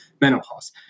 menopause